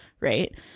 right